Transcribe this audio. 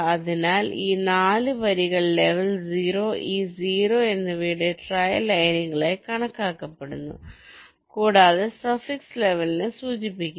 അതിനാൽ ഈ 4 വരികൾ ലെവൽ 0 ഈ 0 എന്നിവയുടെ ട്രയൽ ലൈനുകളായി കണക്കാക്കപ്പെടുന്നു കൂടാതെ സഫിക്സ് ലെവലിനെ സൂചിപ്പിക്കുന്നു